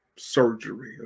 surgery